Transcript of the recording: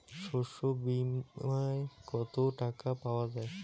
শস্য বিমায় কত টাকা পাওয়া যায়?